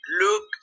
Look